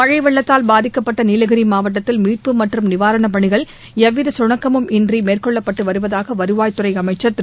மழழ வெள்ளத்தால் பாதிக்கப்பட்ட நீலகிரி மாவட்டத்தில் மீட்பு மற்றும் நிவாரணப் பணிகள் எவ்வித சுணக்கமும் இன்றி மேற்கொள்ளப்பட்டு வருவதாக வருவாய்த்துறை அமைச்சர் திரு